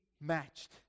matched